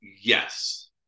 Yes